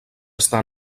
està